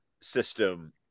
system